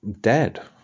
dead